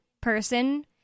person